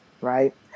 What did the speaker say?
right